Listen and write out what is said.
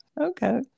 okay